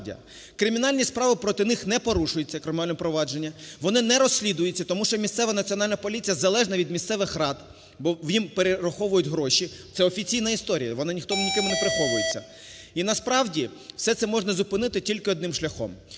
Кримінальні справи проти них не порушуються, кримінальні провадження, вони не розслідуються, тому що місцева Національна поліція залежна від місцевих рад, бо їм перераховують гроші, це офіційна історія, вона ніким не приховується. І насправді все це можна зупинити тільки одним шляхом.